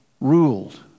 ruled